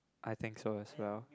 I think so as well